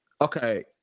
okay